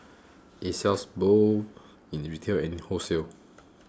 it sells both in retail and in wholesale